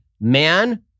man